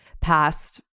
past